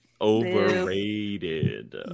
Overrated